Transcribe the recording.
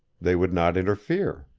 they would not interfere.